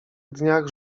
dniach